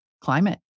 climate